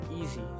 easy